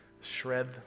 shred